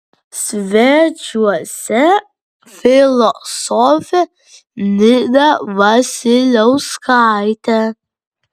svečiuose filosofė nida vasiliauskaitė